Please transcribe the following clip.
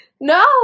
No